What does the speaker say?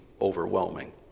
overwhelming